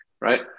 right